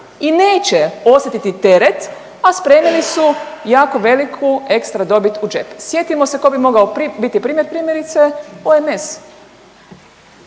i neće osjetiti teret, a spremili su jako veliku ekstra dobit u džep. Sjetimo se tko bi mogao biti primjer primjerice OMS.